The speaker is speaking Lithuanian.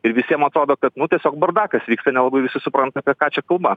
ir visiem atrodo kad nu tiesiog bardakas vyksta nelabai visi supranta apie ką čia kalba